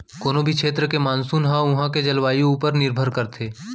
कोनों भी छेत्र के मानसून ह उहॉं के जलवायु ऊपर निरभर करथे